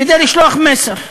כדי לשלוח מסר.